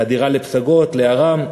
חדירה לפסגות, לא-רם.